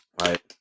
Right